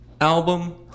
album